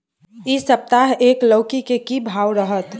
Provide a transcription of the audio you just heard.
इ सप्ताह एक लौकी के की भाव रहत?